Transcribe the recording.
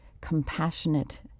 compassionate